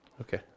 Okay